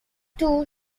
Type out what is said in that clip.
tour